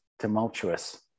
tumultuous